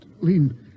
lean